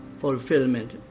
fulfillment